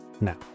now